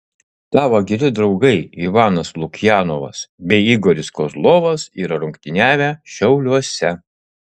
tavo geri draugai ivanas lukjanovas bei igoris kozlovas yra rungtyniavę šiauliuose